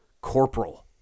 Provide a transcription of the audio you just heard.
corporal